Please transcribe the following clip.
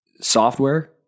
software